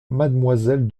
mademoiselle